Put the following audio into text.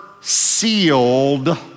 sealed